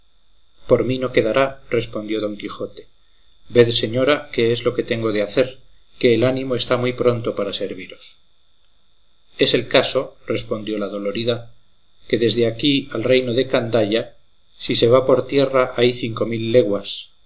por mí no quedará respondió don quijote ved señora qué es lo que tengo de hacer que el ánimo está muy pronto para serviros es el caso respondió la dolorida que desde aquí al reino de candaya si se va por tierra hay cinco mil leguas